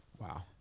Wow